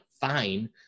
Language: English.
fine